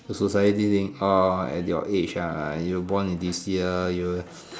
society think orh at your age ah you born in this year you